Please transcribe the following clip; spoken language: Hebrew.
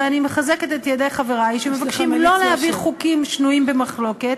ואני מחזקת את ידי חברי שמבקשים לא להביא חוקים שנויים במחלוקת.